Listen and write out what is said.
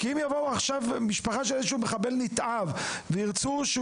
כי אם תבוא עכשיו משפחה של איזשהו מחבל נתעב ותרצה שהוא